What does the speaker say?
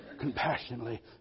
Compassionately